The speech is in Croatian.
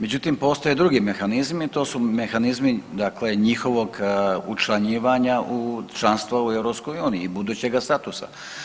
Međutim, postoje drugi mehanizmi to su mehanizmi njihovog učlanjivanja u članstvo u EU i budućega statusa.